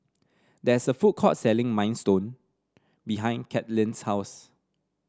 there is a food court selling Minestrone behind Cathleen's house